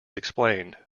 explained